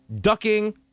ducking